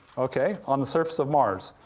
okay, on the surface of mars.